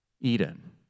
Eden